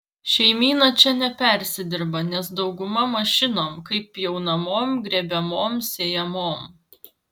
šeimyna čia nepersidirba nes dauguma mašinom kaip pjaunamom grėbiamom sėjamom